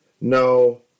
No